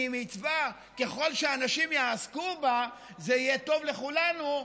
מצווה שככל שאנשים יעסקו בה זה יהיה טוב לכולנו,